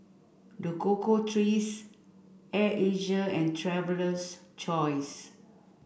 The Cocoa Trees Air Asia and Traveler's Choice